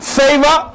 favor